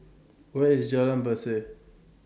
Where IS Jalan Berseh